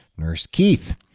nursekeith